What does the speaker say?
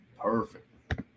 Perfect